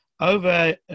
over